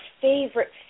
favorite